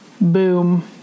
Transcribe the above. boom